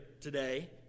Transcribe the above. today